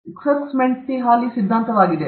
ಇದು ಸಿಕ್ಸಕ್ಸ್ಜೆಂಟ್ಮಿಹಾಲಿ ಸಿದ್ಧಾಂತವಾಗಿದೆ